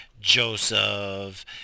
Joseph